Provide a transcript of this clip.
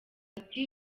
ati